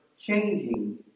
changing